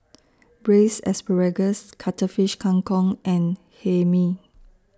Braised Asparagus Cuttlefish Kang Kong and Hae Mee